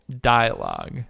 dialogue